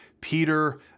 Peter